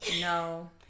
No